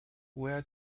via